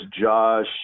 Josh